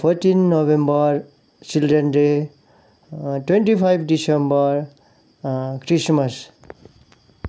fourteen November childrens day twenty five December Christmas